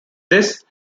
this